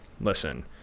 listen